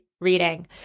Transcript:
reading